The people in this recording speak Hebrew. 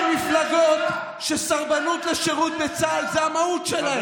בממשלה שתי מפלגות שסרבנות לשירות בצה"ל זה המהות שלהן.